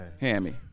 hammy